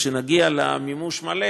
כשנגיע למימוש מלא,